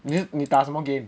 你你打什么 game